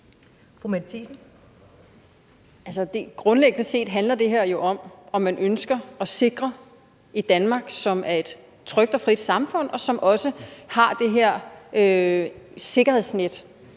Grundlæggende set handler det her jo om, om man ønsker at sikre et Danmark, som er et trygt og frit samfund, og hvor der også er det her sikkerhedsnet